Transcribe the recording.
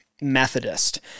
Methodist